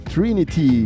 Trinity